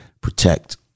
protect